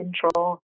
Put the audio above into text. control